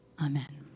Amen